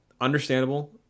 understandable